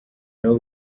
nabo